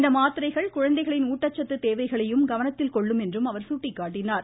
இந்த மாத்திரைகள் குழந்தைகளின் ஊட்டச்சத்து தேவைகளையும் கவனத்தில் கொள்ளும் என்றும் அவர் சுட்டிக்காட்டினார்